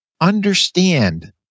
understand